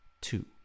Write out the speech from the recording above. two